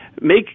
make